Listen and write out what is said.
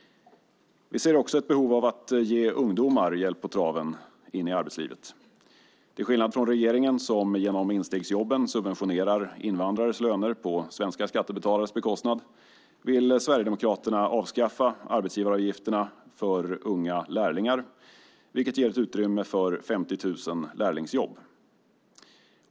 Vi ser ett behov av att ge ungdomar hjälp på traven in i arbetslivet. Till skillnad från regeringen, som genom instegsjobben subventionerar invandrares löner på svenska skattebetalares bekostnad, vill Sverigedemokraterna avskaffa arbetsgivaravgifterna för unga lärlingar, vilket ger ett utrymme för 50 000 lärlingsjobb.